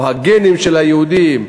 או הגנים של היהודים.